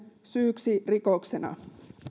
syyksi rikoksena